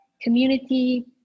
community